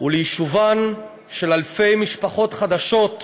וליישובן של אלפי משפחות חדשות בארצנו.